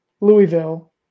Louisville